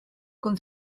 con